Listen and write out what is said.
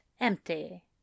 empty